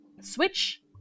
Switch